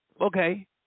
Okay